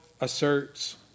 asserts